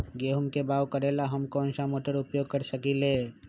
गेंहू के बाओ करेला हम कौन सा मोटर उपयोग कर सकींले?